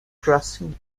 crossing